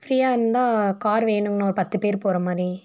ஃப்ரீயா இருந்தால் கார் வேணுங்ண்ணா ஒரு பத்து பேர் போகிற மாதிரி